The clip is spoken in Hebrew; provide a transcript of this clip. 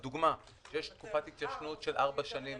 נניח, יש תקופה של ארבע שנים של